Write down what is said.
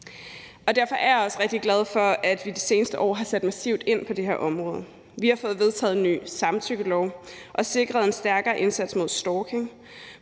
Derfor er jeg også rigtig glad for, at vi det seneste år har sat massivt ind på det her område. Vi har fået vedtaget en ny samtykkelov og sikret en stærkere indsats mod stalking.